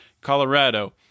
Colorado